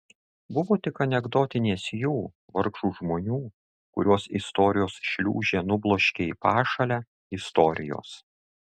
buvo tik anekdotinės jų vargšų žmonių kuriuos istorijos šliūžė nubloškė į pašalę istorijos